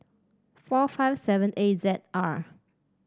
four five seven A Z R